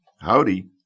Howdy